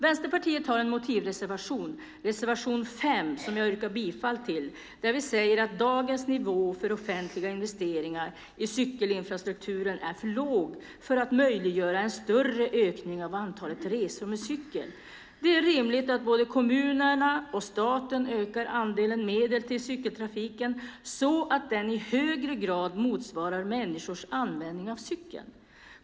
Vänsterpartiet har en motivreservation, reservation 5, som jag yrkar bifall till, där vi säger att dagens nivå för offentliga investeringar i cykelinfrastrukturen är för låg för att möjliggöra en större ökning av antalet resor med cykel. Det är rimligt att både kommunerna och staten ökar andelen medel till cykeltrafiken så att den i högre grad motsvarar människors användning av cykeln.